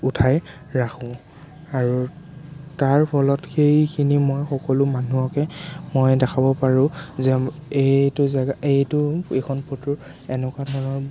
উঠাই ৰাখোঁ আৰু তাৰ ফলত সেইখিনি মই সকলো মানুহকে মই দেখাব পাৰোঁ যে এইটো জাগা এইটো এইখন ফটো এনেকুৱা ধৰণৰ